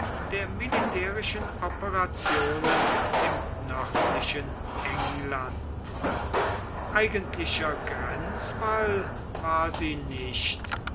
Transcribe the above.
der militärischen operationen im nördlichen england eigentlicher grenzwall war sie nicht